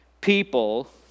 People